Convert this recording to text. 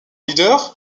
leader